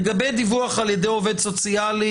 לגבי דיווח על ידי עובד סוציאלי,